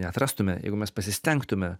neatrastume jeigu mes pasistengtume